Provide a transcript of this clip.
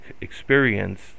experience